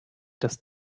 das